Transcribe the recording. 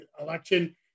election